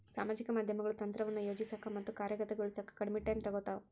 ಸಾಮಾಜಿಕ ಮಾಧ್ಯಮಗಳು ತಂತ್ರವನ್ನ ಯೋಜಿಸೋಕ ಮತ್ತ ಕಾರ್ಯಗತಗೊಳಿಸೋಕ ಕಡ್ಮಿ ಟೈಮ್ ತೊಗೊತಾವ